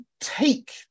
take